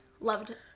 loved